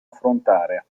affrontare